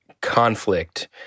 conflict